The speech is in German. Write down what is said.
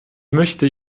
möchte